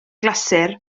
glasur